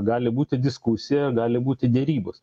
gali būti diskusija gali būti derybos